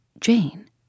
Jane